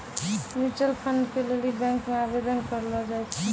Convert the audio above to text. mutual fund के लेली bank मे आवेदन करलो जाय छै